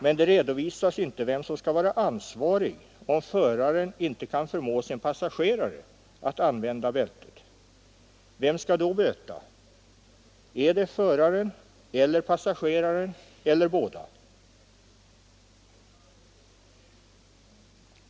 Men det redovisas inte vem som skall vara ansvarig, om föraren inte kan förmå sin passagerare att använda bältet. Vem skall då böta? Föraren eller passageraren eller båda?